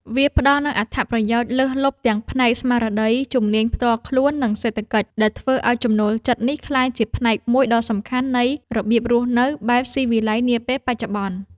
វាផ្ដល់នូវអត្ថប្រយោជន៍លើសលប់ទាំងផ្នែកស្មារតី ជំនាញផ្ទាល់ខ្លួន និងសេដ្ឋកិច្ច ដែលធ្វើឱ្យចំណូលចិត្តនេះក្លាយជាផ្នែកមួយដ៏សំខាន់នៃរបៀបរស់នៅបែបស៊ីវិល័យនាពេលបច្ចុប្បន្ន។